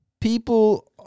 people